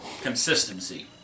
consistency